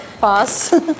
pass